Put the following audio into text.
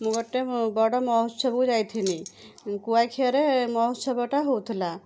ମୁଁ ଗୋଟେ ବଡ଼ ମହୋତ୍ସବକୁ ଯାଇଥିନି କୁଆଖିଆରେ ମହୋତ୍ସବଟା ହଉଥିଲା